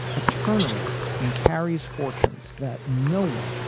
a turnaround in carrie's fortunes that no one,